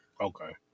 okay